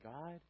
God